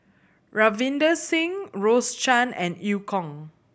Ravinder Singh Rose Chan and Eu Kong